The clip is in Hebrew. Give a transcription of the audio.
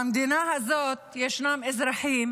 במדינה הזאת יש אזרחים